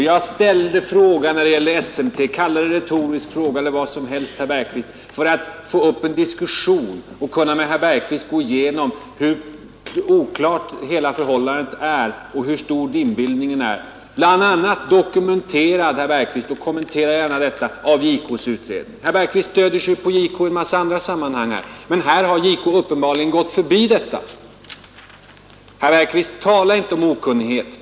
Jag ställde frågan om SMT — kalla det en retorisk fråga eller vad som helst, herr Bergqvist — för att få till stånd en diskussion och för att med herr Bergqvist kunna gå igenom hur oklar hela saken är och hur omfattande dimbildningen är, dokumenterad bl.a. av JK:s utredning. Herr Bergqvist, kommentera gärna detta! Herr Bergqvist stöder sig ju på JK i en massa andra sammanhang, men här går han uppenbarligen förbi JK. Tala inte om okunnighet!